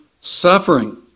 suffering